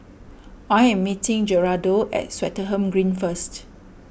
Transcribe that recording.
I am meeting Gerardo at Swettenham Green first